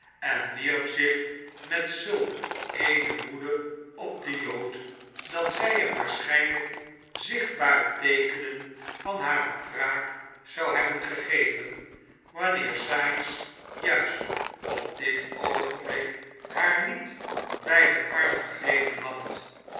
en wierp zich met zulk eene woede op den jood dat zij hem waarschijnlijk zichtbare teekenen van hare wraak zou hebben gegeven wanneer sikes juist op dit oogenblik haar niet bij den arm gegrepen had